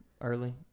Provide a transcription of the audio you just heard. early